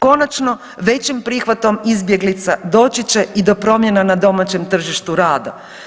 Konačno većim prihvatom izbjeglica doći će i do promjena na domaćem tržištu rada.